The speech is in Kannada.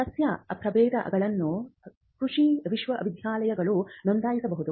ಸಸ್ಯ ಪ್ರಭೇದಗಳನ್ನು ಕೃಷಿ ವಿಶ್ವವಿದ್ಯಾಲಯಗಳು ನೋಂದಾಯಿಸಬಹುದು